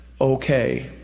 Okay